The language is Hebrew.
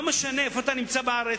לא משנה איפה אתה נמצא בארץ,